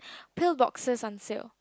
pill boxes on sale